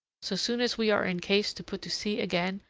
so soon as we are in case to put to sea again,